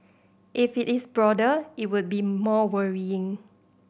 if it is broader it would be more worrying